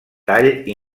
tall